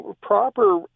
proper